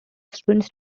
students